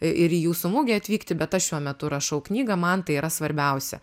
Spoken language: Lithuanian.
ir į jūsų mugę atvykti bet aš šiuo metu rašau knygą man tai yra svarbiausia